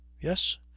yes